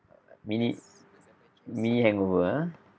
mini mini hangover ah